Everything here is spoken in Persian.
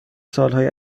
سالهای